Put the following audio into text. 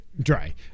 Dry